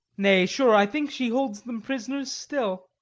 nay, sure, i think she holds them prisoners still.